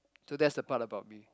so that's the part about me